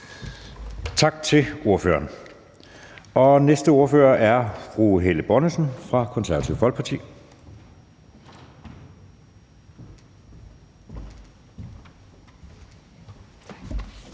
Tak til ordføreren. Næste ordfører er fru Helle Bonnesen fra Det Konservative Folkeparti. Kl.